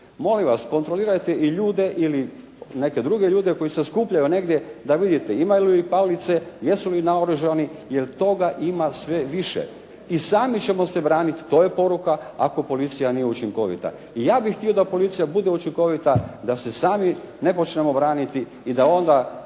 molim vas kontrolirajte i ljude ili neke druge ljude koji se skupljaju negdje da vidite imaju li palice, jesu li naoružani, jer toga ima sve više. I sami ćemo se braniti, to je poruka, ako policija nije učinkovita. I ja bih htio da policija bude učinkovita, da se sami ne počnemo braniti i da onda